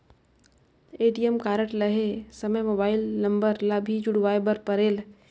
ATM card लहे समय mobile number ला भी जुड़वाए बर परेल?